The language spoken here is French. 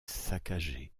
saccagé